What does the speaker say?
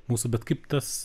mūsų bet kaip tas